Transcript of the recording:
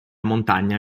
montagna